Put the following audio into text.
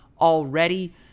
already